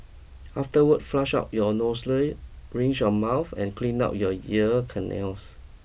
Afterward flush out your nostrils rinse your mouth and clean out your ear canals